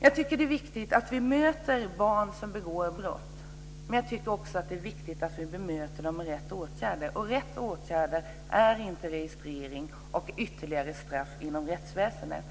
Det är viktigt att vi möter barn som begår brott, men det är också viktigt att vi bemöter dem med rätt åtgärder. Och rätt åtgärder är inte registrering och ytterligare straff inom rättsväsendet.